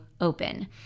open